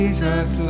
Jesus